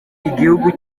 igihugu